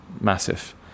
massive